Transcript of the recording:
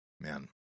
Man